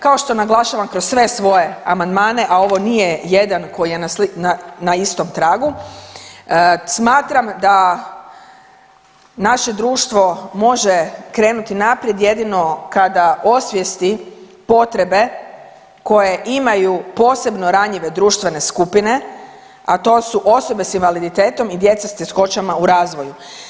Kao što naglašavam kroz sve svoje amandmane, a ovo nije jedan koji je na istom tragu, smatram da naše društvo može krenuti naprijed jedino kada osvijesti potrebe koje imaju posebno ranjive društvene skupine, a to su osobe s invaliditetom i djeca s teškoćama u razvoju.